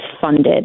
funded